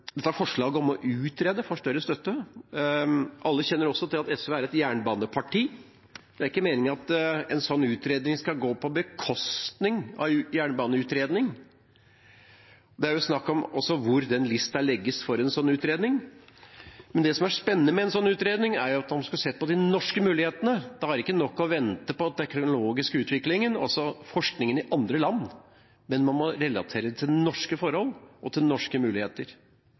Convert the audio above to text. dette forslaget om å utrede ikke får større støtte. Alle kjenner også til at SV er et jernbaneparti. Det er ikke meningen at en slik utredning skal gå på bekostning av jernbaneutredning – det er jo også snakk om hvor lista legges for en slik utredning. Men det som er spennende med en slik utredning, er at man skal se på de norske mulighetene. Det er ikke nok å vente på den teknologiske utviklingen, altså forskningen i andre land, men man må relatere den til norske forhold og til norske muligheter.